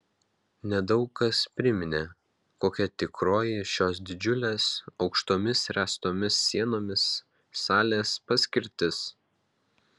nedaug kas priminė kokia tikroji šios didžiulės aukštomis ręstomis sienomis salės paskirtis